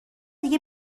دیگه